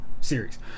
series